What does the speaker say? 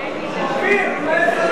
אופיר, אולי,